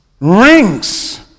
Rings